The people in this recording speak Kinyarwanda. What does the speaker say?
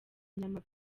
inyama